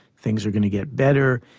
things are going to get better',